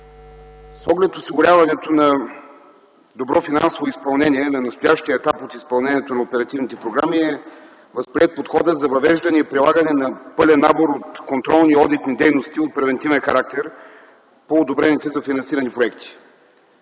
С оглед осигуряването на добро финансово изпълнение на настоящия етап от изпълнението на оперативните програми е възприет подходът за въвеждане и прилагане на пълен набор от контролни и одитни дейности от превантивен характер по одобрените за финансиране проекти.